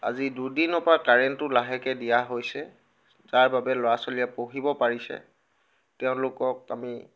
আজি দুদিনৰ পৰা কাৰেণ্টটো লাহেকৈ দিয়া হৈছে যাৰ বাবে ল'ৰা ছোৱালীয়ে পঢ়িব পাৰিছে তেওঁলোকক আমি